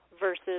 Versus